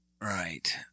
Right